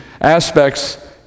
aspects